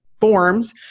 forms